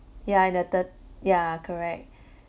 yeah in the thir~ ya correct